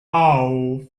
auf